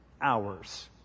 hours